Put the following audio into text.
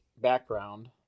background